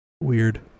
Weird